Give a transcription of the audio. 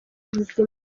ubuzima